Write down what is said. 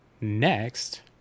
next